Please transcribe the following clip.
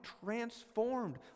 transformed